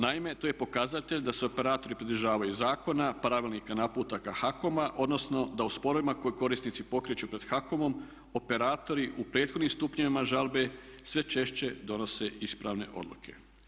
Naime, to je pokazatelj da se operatori pridržavaju zakona, pravilnika, naputaka HAKOM-a odnosno da u sporovima koji korisnici pokreću pred HAKOM-om operatori u prethodnim stupnjevima žalbe sve češće donose ispravne odluke.